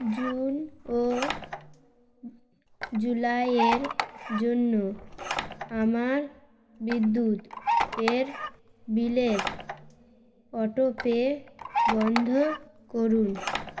June ও জুলাইয়ের জন্য আমার বিদ্যুৎ এর বিলের অটোপে বন্ধ করুন